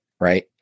right